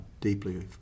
deeply